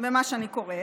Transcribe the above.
במה שאני קוראת,